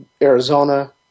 Arizona